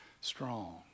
strong